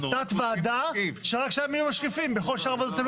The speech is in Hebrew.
אתה רוצה עכשיו תת ועדה ועכשיו הם יהיו משקיפים בכל שאר הוועדות.